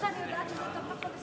ההצעה להעביר את